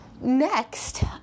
Next